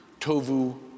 tovu